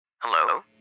Hello